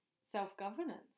self-governance